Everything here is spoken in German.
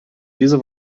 diese